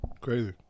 Crazy